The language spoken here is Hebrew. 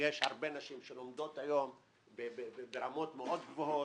שיש הרבה נשים שהיום לומדות ברמות מאוד גבוהות,